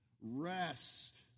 rest